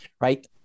right